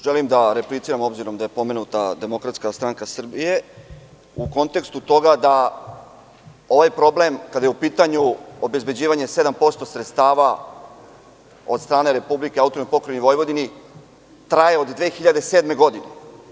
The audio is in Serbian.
Želim da repliciram s obzirom da je pomenuta DSS u kontekstu toga da ovaj problem kada je u pitanju obezbeđivanje 7% sredstava od strane Republike AP Vojvodini traje od 2007. godine.